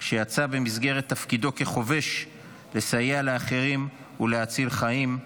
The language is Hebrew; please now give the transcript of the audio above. שיצא במסגרת תפקידו כחובש לסייע לאחרים ולהציל חיים.